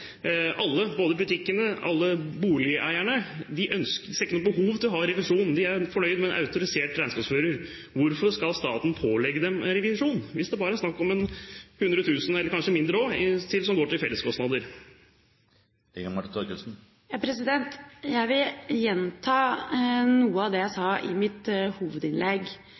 alle butikkene og alle boligeierne – ikke ser noe behov for å ha revisjon – de er fornøyde med en autorisert regnskapsfører – hvorfor skal staten da pålegge dem revisjon, hvis det bare er snakk om 100 000 kr, eller kanskje mindre, som går til felleskostnader? Jeg vil gjenta noe av det jeg sa i mitt hovedinnlegg.